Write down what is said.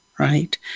Right